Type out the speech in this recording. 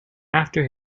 after